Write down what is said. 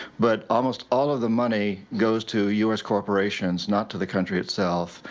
but, almost all of the money goes to u s. corporations, not to the country itself,